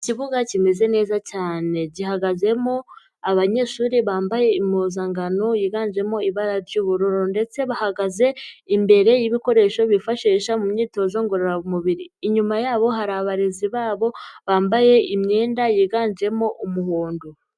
Ikibuga kimeze neza cyane, gihagazemo abanyeshuri bambaye impuzankano yiganjemo ibara ry'ubururu ndetse bahagaze imbere y'ibikoresho bifashisha mu myitozo ngororamubiri, inyuma yabo hari abarezi babo bambaye imyenda yiganjemo umuhondo.